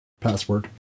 password